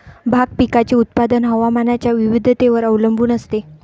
भाग पिकाचे उत्पादन हवामानाच्या विविधतेवर अवलंबून असते